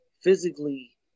physically